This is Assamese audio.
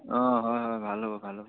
অঁ হয় হয় ভাল হ'ব ভাল হ'ব